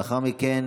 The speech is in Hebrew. לאחר מכן